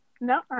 No